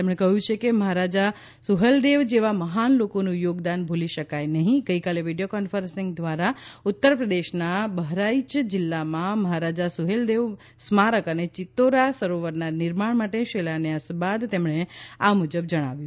તેમણે કહ્યું કે મહારાજા સુહેલદેવ જેવા મહાન લોકોનું યોગદાન ભૂલી શકાય નહીં ગઇકાલે વીડિયો કોન્ફરન્સિંગ દ્વારા ઉત્તર પ્રદેશના બહરાઇચ જિલ્લામાં મહારાજા સુહેલદેવ સ્મારક અને ચિત્તૌરા સરોવરના નિર્માણ માટે શિલાન્યાસ બાદ તેમણે આ મુજબ જણાવ્યું